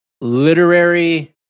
literary